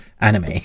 anime